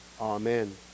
Amen